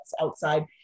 outside